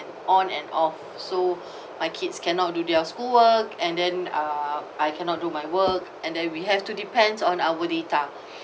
on and off so my kids cannot do their schoolwork and then uh I cannot do my work and then we have to depend on our data